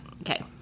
okay